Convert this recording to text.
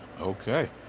Okay